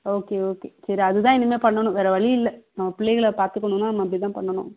okay okay சரி அதுதான் இனிமே பண்ணணும் வேறு வழியில்லை நம்ம பிள்ளைங்களை பார்த்துக்கணுன்னா நம்ம அப்படி தான் பண்ணணும்